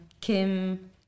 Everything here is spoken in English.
Kim